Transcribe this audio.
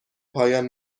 پایان